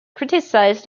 criticised